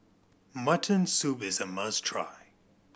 mutton soup is a must try